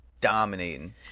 dominating